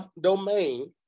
domain